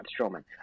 Strowman